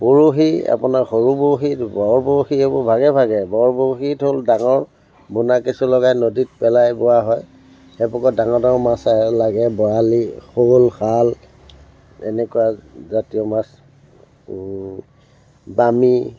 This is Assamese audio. বৰশী আপোনাৰ সৰু বৰশী বৰ বৰশী সেইবোৰ ভাগে ভাগে বৰ বৰশীটো হ'ল ডাঙৰ বোন্দা কেঁচু লগাই নদীত পেলাই বোৱা হয় সেইবোৰত ডাঙৰ ডাঙৰ মাছ আহে লাগে বৰালি শ'ল শাল এনেকুৱা জাতীয় মাছ বামি